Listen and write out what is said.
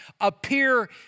appear